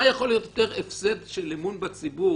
מה יכול להיות יותר הפסד של אמון בציבור